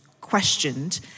questioned